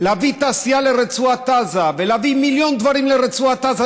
להביא תעשייה לרצועת עזה ולהביא מיליון דברים לרצועת עזה,